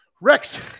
Rex